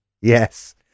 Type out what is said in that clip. yes